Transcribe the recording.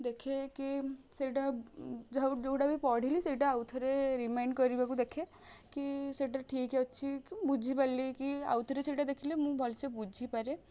ଦେଖେ କି ସେଇଟା ଯେଉଁଟା ବି ପଢ଼ିଲି ସେଇଟା ଆଉଥରେ ରିମାଇଣ୍ଡ୍ କରିବାକୁ ଦେଖେ କି ସେଇଟା ଠିକ୍ ଅଛି କି ବୁଝିପାରିଲି କି ଆଉଥରେ ସେଇଟା ଦେଖିଲେ ମୁଁ ଭଲ ସେ ବୁଝିପାରେ